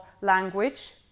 language